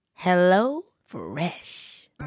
HelloFresh